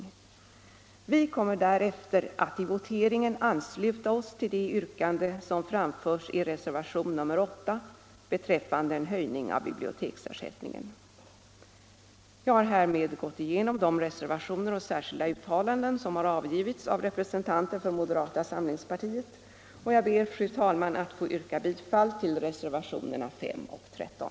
Vi kommer = Anslag till kulturändärefter att i voteringen ansluta oss till det yrkande som framförs i re — damål servation nr 8 beträffande en höjning av biblioteksersättningen. Jag har härmed gått igenom de reservationer och särskilda uttalanden som avgivits av representanter för moderata samlingspartiet, och jag ber, fru talman, att få yrka bifall till reservationerna 5 och 13.